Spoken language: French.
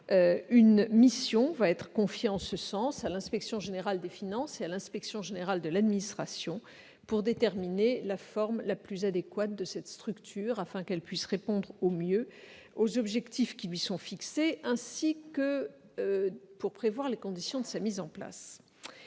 une mission va être confiée en ce sens à l'inspection générale des finances et à l'inspection générale de l'administration. Ainsi pourra-t-on déterminer la forme la plus adéquate de cette structure pour qu'elle puisse atteindre au mieux les buts qui lui sont fixés. Par la même occasion, les conditions de sa mise en place